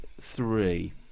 three